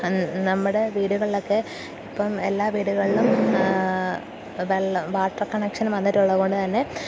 നമ്മുടെ വീടുകളിലൊക്കെ ഇപ്പോള് എല്ലാ വീടുകളിലും വെള്ളം വാട്ടർ കണക്ഷൻ വന്നിട്ടള്ളതുകൊണ്ടുതന്നെ